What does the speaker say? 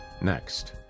Next